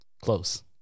Close